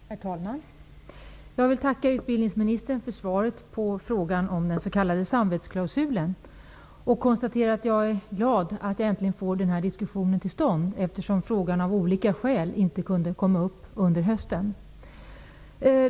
Herr talman! Jag vill tacka utbildningsministern för svaret på frågan om den s.k. samvetsklausulen och konstaterar att jag är glad att vi äntligen får en diskussion i denna fråga till stånd. Frågan kom av olika skäl inte upp under hösten.